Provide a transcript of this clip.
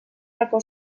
racó